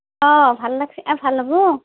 অঁ ভাল লাগছি ভাল হবো